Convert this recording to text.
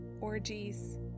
orgies